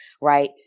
right